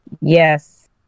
yes